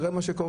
תראה מה שקורה.